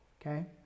okay